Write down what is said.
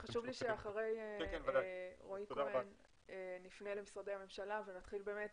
חשוב לי שאחרי רועי כהן נפנה למשרדי הממשלה ונתחיל באמת